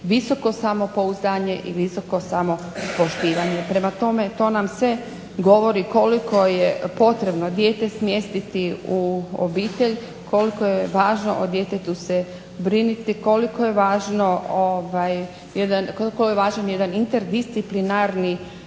visoko samopouzdanje i visoko samopoštivanje. Prema tome, to nam sve govori koliko je potrebno dijete smjestiti u obitelj, koliko je važno o djetetu se brinuti, koliko je važan jedan interdisciplinarni